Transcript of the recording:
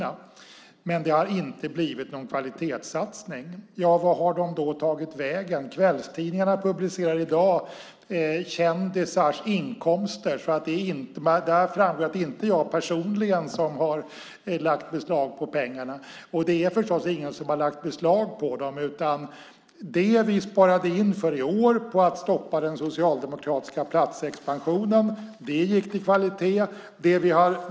Men, säger Mikael Damberg, det har inte blivit någon kvalitetssatsning, och därför undrar han vart pengarna tagit vägen. Kvällstidningarna publicerar i dag kändisars inkomster. Där framgår att jag personligen i alla fall inte lagt beslag på pengarna. Det är förstås ingen som lagt beslag på dem, utan den summa vi för i år sparade in genom att stoppa den socialdemokratiska platsexpansionen gick till kvalitetssatsningar.